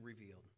revealed